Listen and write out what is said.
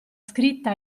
scritta